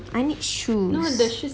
I need shoes